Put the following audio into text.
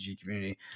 community